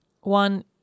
one